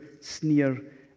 sneer